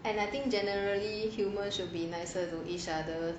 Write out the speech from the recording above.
and I think generally human should be nicer to each other